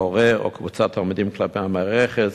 ההורה או קבוצת תלמידים כלפי המערכת,